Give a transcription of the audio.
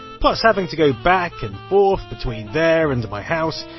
plus having to go back and forth between there and my house,